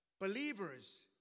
Believers